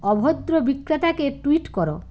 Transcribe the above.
অভদ্র বিক্রেতাকে টুইট কর